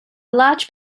large